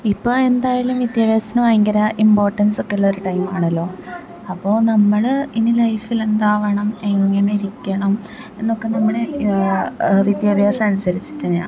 ഇപ്പോൾ എന്തായാലും വിദ്യാഭ്യാസത്തിന് ഭയങ്കര ഇമ്പോർട്ടൻസൊക്കുള്ളൊരു ടൈമാണല്ലൊ അപ്പോൾ നമ്മൾ ഇനി ലൈഫിലെന്താവണം എങ്ങനിരിക്കണം എന്നൊക്കെ നമ്മുടെ വിദ്യാഭ്യാസം അനുസരിച്ചിട്ടന്നെയാണ്